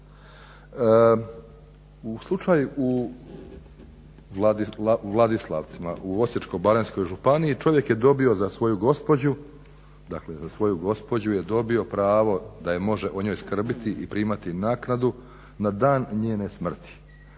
Slučaj u Vladislavcima u Osječko-baranjskoj županiji, čovjek je dobio za svoju gospođu pravo da može o njoj skrbiti i primati naknadu na dan njene smrti,